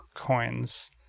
coins